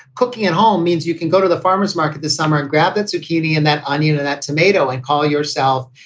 cooking at home means you can go to the farmer's market this summer grab that zucchini and that onion, and that tomato and call yourself,